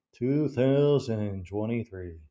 2023